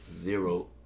zero